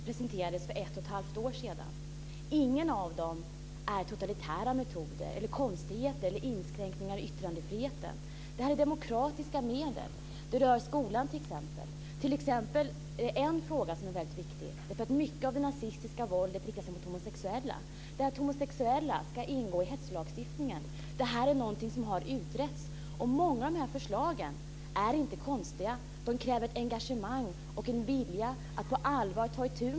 Frun talman! Dessa förslag presenterades för 1 1⁄2 år sedan. I inget av dem förespråkas totalitära metoder, konstigheter eller inskränkningar i yttrandefriheten, utan här förespråkas demokratiska medel. Det rör t.ex. skolan, och det är en fråga som är väldigt viktig, nämligen att det är mycket av det nazistiska våldet som riktar sig mot homosexuella, och därför bör homosexuella ingå i hetslagstiftningen. Det här har utretts, och många av förslagen är inte konstiga.